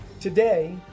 Today